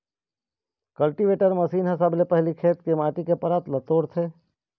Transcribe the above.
cultivator machine ह सबले पहिली खेत के माटी के परत ल तोड़थे